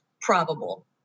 probable